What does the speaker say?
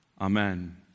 Amen